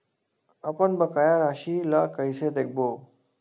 अपन बकाया राशि ला कइसे देखबो?